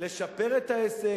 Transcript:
לשפר את העסק.